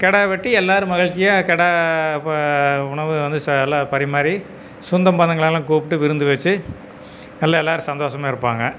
கிடா வெட்டி எல்லாேரும் மகிழ்ச்சியாக கிடா இப்போ உணவு வந்து ச எல்லாம் பரிமாறி சொந்தம் பந்தங்களெல்லாம் கூப்பிட்டு விருந்து வச்சு நல்லா எல்லாேரும் சந்தோஷமாக இருப்பாங்க